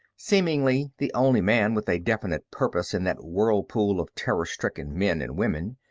seemingly the only man with a definite purpose in that whirlpool of terror-stricken men and women,